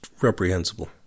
reprehensible